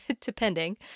depending